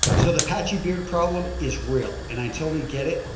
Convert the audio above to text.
so, the patchy beard problem is real and i totally get it.